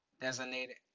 designated